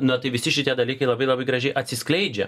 na tai visi šitie dalykai labai labai gražiai atsiskleidžia